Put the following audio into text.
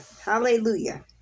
Hallelujah